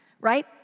right